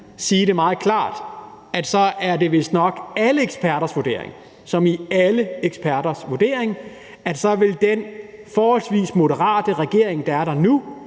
selvstyre, så er det vistnok alle eksperters vurdering, som i alle eksperters vurdering, at den forholdsvis moderate regering, der er der nu,